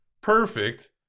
Perfect